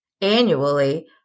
annually